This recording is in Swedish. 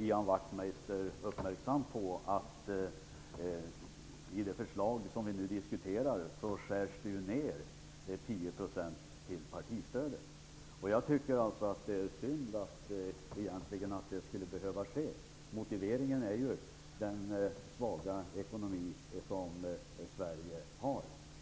Ian Wachtmeister uppmärksam på att partistödet skärs ned med 10 % i det förslag som vi nu diskuterar. Det är synd att det måste ske, men motiveringen är ju Sveriges svaga ekonomi.